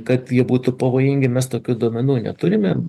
kad jie būtų pavojingi mes tokių duomenų neturime